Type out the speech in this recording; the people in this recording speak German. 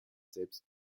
selbst